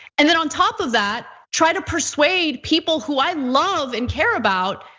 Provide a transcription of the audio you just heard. and then on top of that try to persuade people who i love and care about,